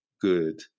Good